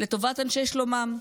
לטובת אנשי שלומם,